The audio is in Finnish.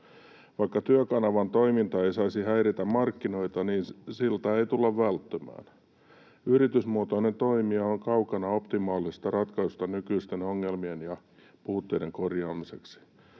Vaikka Työkanavan toiminta ei saisi häiritä markkinoita, niin siltä ei tulla välttymään. Yritysmuotoinen toimija on kaukana optimaalisesta ratkaisusta nykyisten ongelmien ja puutteiden korjaamiseksi.”